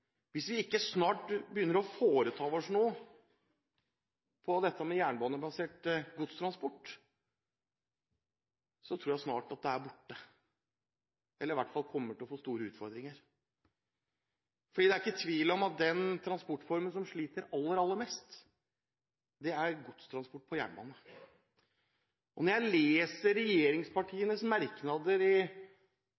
Hvis vi ikke snart begynner å foreta oss noe når det gjelder jernbanebasert godstransport, tror jeg snart den er borte eller i hvert fall kommer til å få store utfordringer. For det er ikke tvil om at den transportformen som sliter aller, aller mest, er godstransport på jernbane. Når jeg leser